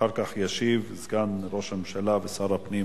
אחר כך ישיב סגן ראש הממשלה ושר הפנים